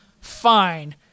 fine